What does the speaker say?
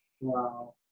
Wow